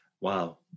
Wow